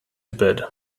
bed